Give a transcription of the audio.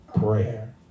prayer